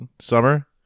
summer